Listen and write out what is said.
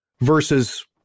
versus